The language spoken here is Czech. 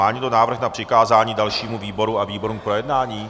Má někdo návrh na přikázání dalšímu výboru a výborům k projednání?